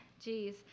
jeez